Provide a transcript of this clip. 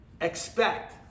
Expect